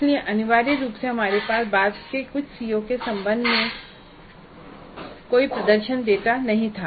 इसलिए अनिवार्य रूप से हमारे पास बाद के कुछ सीओ के संबंध में कोई प्रदर्शन डेटा नहीं था